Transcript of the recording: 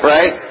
Right